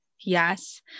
Yes